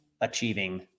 achieving